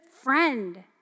friend